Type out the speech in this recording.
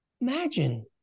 Imagine